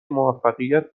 موفقیت